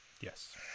Yes